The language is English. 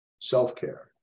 self-care